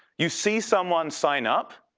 you see someone sign up.